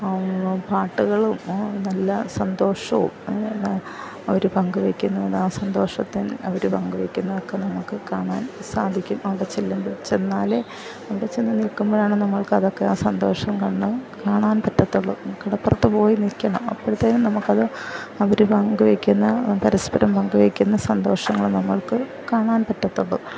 പാട്ടുകളും നല്ല സന്തോഷവും അവർ പങ്കുവയ്ക്കുന്ന ആ സന്തോഷത്തിൽ അവർ പങ്കുവയ്ക്കുന്ന അവർക്ക് നമുക്ക് കാണാൻ സാധിക്കും അവിടെ ചെല്ലുമ്പോൾ ചെന്നാൽ അവിടെ ചെന്ന് നിൽക്കുമ്പോഴാണ് നമ്മൾക്ക് കാണാൻ പറ്റത്തുള്ളൂ കടപ്പുറത്ത് പോയി നിൽക്കണം അപ്പഴത്തേക്കും നമുക്ക് അത് അവർ പങ്ക് വയ്ക്കുന്ന പരസ്പരം പങ്കു വയ്ക്കുന്ന സന്തോഷങ്ങൾ നമ്മൾക്ക് കാണാൻ പറ്റത്തുള്ളൂ